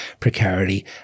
precarity